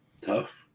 tough